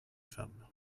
femmes